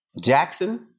Jackson